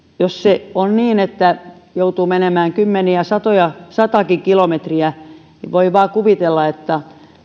jos on niin että joutuu menemään kymmeniä satakin kilometriä niin voi vaan kuvitella että